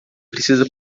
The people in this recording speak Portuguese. precisa